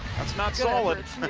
that's not solid.